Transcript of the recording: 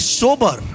sober